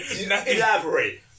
Elaborate